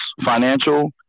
financial